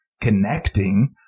connecting